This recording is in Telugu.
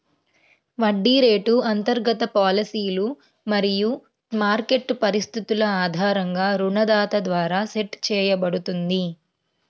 వడ్డీ రేటు అంతర్గత పాలసీలు మరియు మార్కెట్ పరిస్థితుల ఆధారంగా రుణదాత ద్వారా సెట్ చేయబడుతుంది